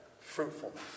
fruitfulness